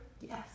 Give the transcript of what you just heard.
Yes